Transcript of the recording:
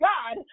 God